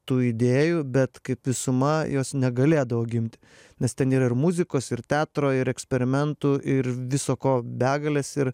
tų idėjų bet kaip visuma jos negalėdavo gimti nes ten yra ir muzikos ir teatro ir eksperimentų ir viso ko begales ir